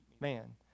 Man